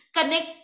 connect